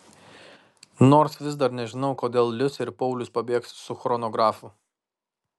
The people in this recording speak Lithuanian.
nors vis dar nežinau kodėl liusė ir paulius pabėgs su chronografu